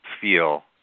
feel